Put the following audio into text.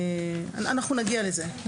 אנחנו נגיע לזה.